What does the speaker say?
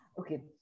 Okay